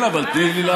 כן, אבל תני לי לענות.